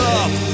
up